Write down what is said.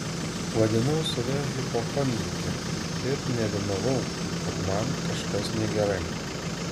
vadinau save hipochondrike ir nerimavau kad man kažkas negerai